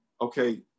okay